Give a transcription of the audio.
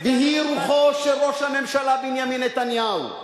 והיא רוחו של ראש הממשלה בנימין נתניהו.